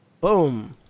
Boom